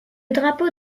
drapeau